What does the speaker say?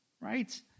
Right